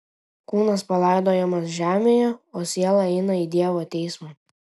kūnas palaidojamas žemėje o siela eina į dievo teismą